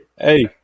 hey